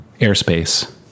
airspace